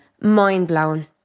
mind-blowing